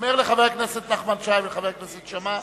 אומר לחבר הכנסת נחמן שי ולחבר הכנסת שאמה,